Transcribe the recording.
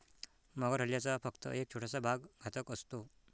मगर हल्ल्याचा फक्त एक छोटासा भाग घातक असतो